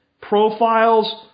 profiles